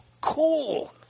Cool